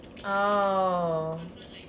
oh